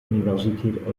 universität